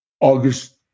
August